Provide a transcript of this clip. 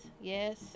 yes